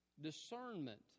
discernment